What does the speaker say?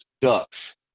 ducks